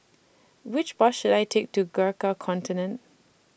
Which Bus should I Take to Gurkha Contingent